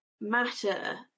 matter